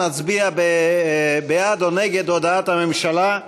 נצביע בעד או נגד הודעת הממשלה.